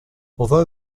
although